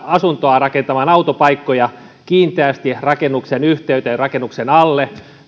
rakentamaan autopaikkoja kiinteästi rakennuksen yhteyteen rakennuksen alle ja